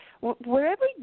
wherever